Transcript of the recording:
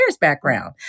background